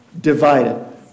divided